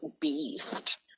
beast